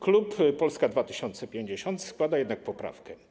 Klub Polska 2050 składa jednak poprawkę.